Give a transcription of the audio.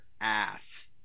ass